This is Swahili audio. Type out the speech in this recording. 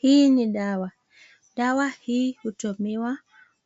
Hii ni dawa ,dawa hii hutumiwa